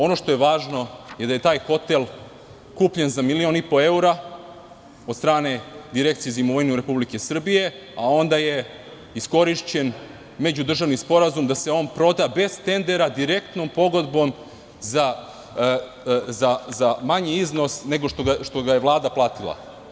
Ono što je važno je da je taj hotel kupljen za milion i po evra od strane Direkcije za imovinu Republike Srbije, a onda je iskorišćen međudržavni sporazum da se on proda bez tendera, direktnom pogodbom za manji iznos nego što ga je Vlada platila.